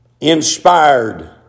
inspired